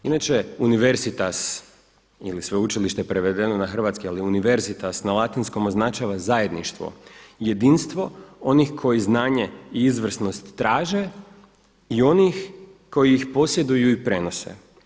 Inače universitas ili sveučilište prevedeno na Hrvatski, ali universitas na latinskom označava zajedništvo, jedinstvo onih koji znanje i izvrsnost traže i onih koji ih posjeduju i prenose.